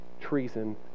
treason